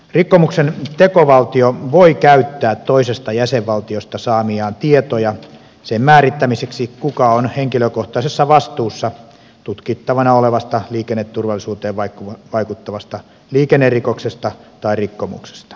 rikkomuksen tekovaltio voi käyttää toisesta jäsenvaltiosta saamiaan tietoja sen määrittämiseksi kuka on henkilökohtaisessa vastuussa tutkittavana olevasta liikenneturvallisuuteen vaikuttavasta liikennerikoksesta tai rikkomuksesta